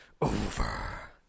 over